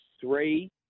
three